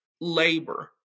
labor